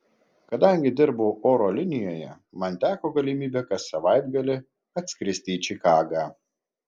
kadangi dirbau oro linijoje man teko galimybė kas savaitgalį atskristi į čikagą